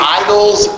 idols